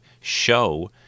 show